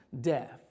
death